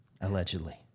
Allegedly